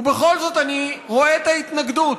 ובכל זאת אני רואה את ההתנגדות,